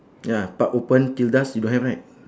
ya park open till dusk you don't have right